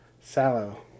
Sallow